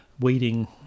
weeding